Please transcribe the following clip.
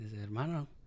hermano